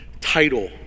title